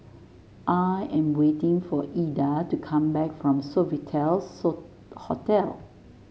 I am waiting for Eda to come back from Sofitel So Hotel